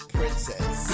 Princess